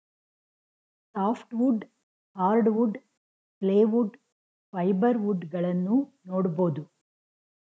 soft wood, hardwood, plywood, fibre wood ಗಳನ್ನೂ ನೋಡ್ಬೋದು